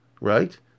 right